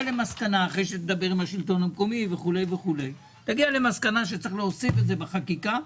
למסקנה אחרי שתדבר עם השלטון המקומי וכו' שצריך להוסיף את זה בחקיקה,